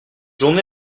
journée